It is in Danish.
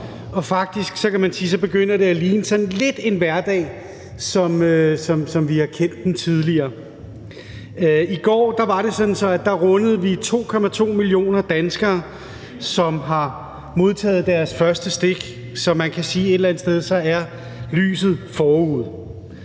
Og faktisk, kan man sige, begynder det sådan lidt at ligne en hverdag, som vi har kendt den tidligere. I går var det sådan, at vi rundede 2,2 millioner danskere, som har modtaget deres første stik, så man kan et eller andet sted sige, at lyset er forude.